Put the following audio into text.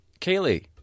Kaylee